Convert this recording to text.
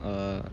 err